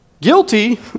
Guilty